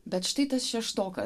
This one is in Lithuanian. bet štai tas šeštokas